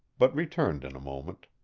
but returned in a moment.